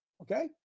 Okay